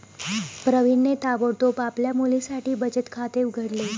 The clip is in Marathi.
प्रवीणने ताबडतोब आपल्या मुलीसाठी बचत खाते उघडले